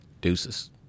Deuces